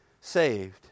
saved